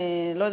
לא יודעת,